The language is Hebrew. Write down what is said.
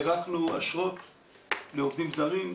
הארכנו אשרות לעובדים זרים,